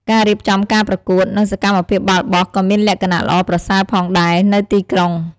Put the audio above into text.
ការរៀបចំការប្រកួត និងសកម្មភាពបាល់បោះក៏មានលក្ខណៈល្អប្រសើរផងដែរនៅទីក្រុង។